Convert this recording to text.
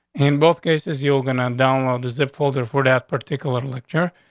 in both cases, you're gonna download the zip folder for that particular lecture.